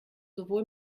sowohl